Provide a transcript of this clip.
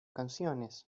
canciones